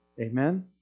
Amen